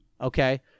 okay